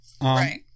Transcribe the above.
Right